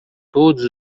todos